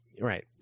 Right